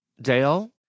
Dale